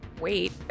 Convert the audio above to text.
wait